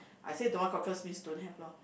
I say don't want cockles means don't have lor